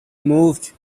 moved